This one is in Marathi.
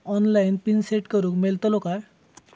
ऑनलाइन पिन सेट करूक मेलतलो काय?